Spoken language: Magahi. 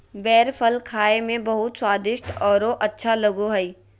बेर फल खाए में बहुत स्वादिस्ट औरो अच्छा लगो हइ